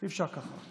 אי-אפשר כך.